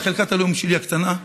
בחלקת אלוהים הקטנה שלי,